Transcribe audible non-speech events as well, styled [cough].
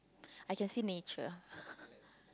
I can see nature [laughs]